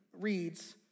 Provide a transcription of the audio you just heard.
reads